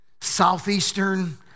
Southeastern